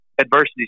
adversities